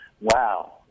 wow